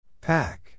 Pack